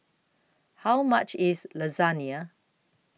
How much IS Lasagna